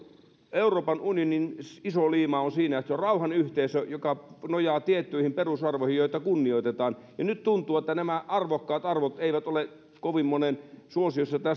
euroopan unionin iso liima on siinä että se on rauhan yhteisö joka nojaa tiettyihin perusarvoihin joita kunnioitetaan mutta nyt tuntuu että nämä arvokkaat arvot eivät ole kovin monen suosiossa